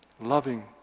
loving